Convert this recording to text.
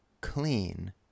clean